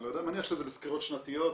אני מאמין שזה בסקירות שנתיות,